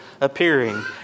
appearing